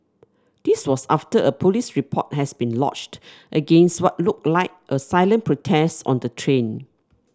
this was after a police report has been lodged against what looked like a silent protest on the train